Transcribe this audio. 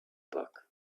book